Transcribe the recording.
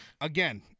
again